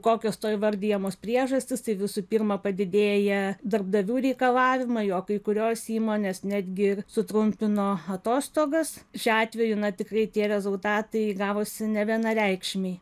kokios to įvardijamos priežastys tai visų pirma padidėja darbdavių reikalavimai jog kai kurios įmonės netgi sutrumpino atostogas šiuo atveju na tikrai tie rezultatai gavosi nevienareikšmiai